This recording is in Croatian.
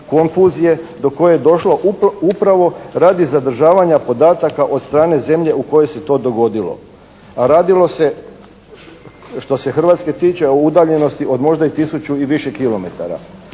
do koje je došlo upravo radi zadržavanja podataka od strane zemlje u kojoj se to dogodilo. A radilo se što se Hrvatske tiče, o udaljenosti od možda i tisuću i više kilometara.